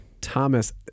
Thomas